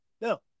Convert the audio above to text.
No